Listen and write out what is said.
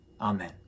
Amen